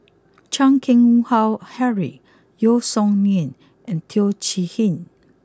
Chan Keng Howe Harry Yeo Song Nian and Teo Chee Hean